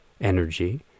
energy